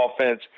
offense